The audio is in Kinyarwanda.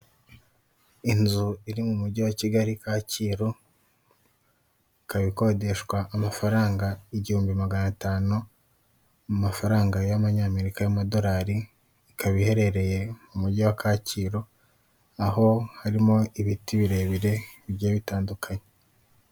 Inzu iri mu mugi wa Kigali, kacyiru. Ikaba ikodeshwa amafaranga igihumbi magana atanu mu mafaranga y'amanyamerika y'amadorali, ikaba iherereye mu mugi wa Kacyiru aho harimo ibiti birebire bigiye bitandukanye.